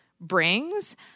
brings